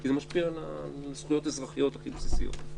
כי זה משפיע על הזכויות האזרחיות הכי בסיסיות.